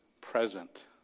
present